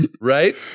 right